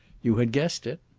you had guessed it.